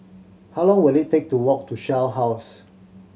how long will it take to walk to Shell House